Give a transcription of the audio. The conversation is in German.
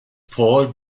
paul